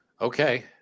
Okay